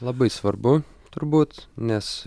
labai svarbu turbūt nes